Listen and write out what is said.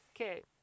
okay